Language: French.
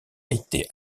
été